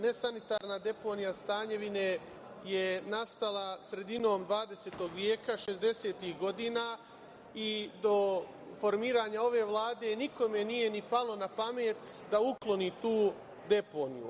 Nesanitarna deponija Stanjevine je nastala sredinom 20. veka, šezdesetih godina, i do formiranja ove Vlade nikome nije ni palo na pamet da ukloni tu deponiju.